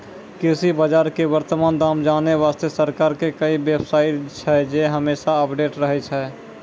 कृषि बाजार के वर्तमान दाम जानै वास्तॅ सरकार के कई बेव साइट छै जे हमेशा अपडेट रहै छै